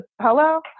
hello